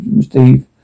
Steve